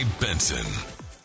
Benson